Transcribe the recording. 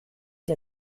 der